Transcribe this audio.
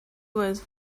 was